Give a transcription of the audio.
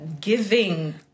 giving